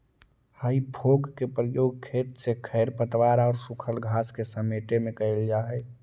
हेइ fork के प्रयोग खेत से खेर पतवार औउर सूखल घास के समेटे में कईल जा हई